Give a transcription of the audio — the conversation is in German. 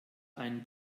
ein